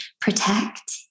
protect